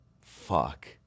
fuck